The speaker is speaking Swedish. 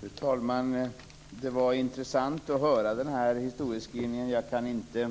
Fru talman! Det var intressant att höra denna historieskrivning. Jag kan inte